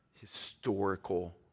historical